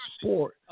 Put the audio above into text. sport